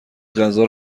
غذا